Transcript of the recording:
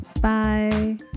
Bye